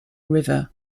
river